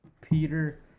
Peter